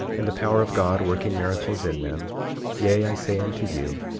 and the power of god working miracles in them yea, i say unto you,